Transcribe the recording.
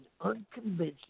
unconventional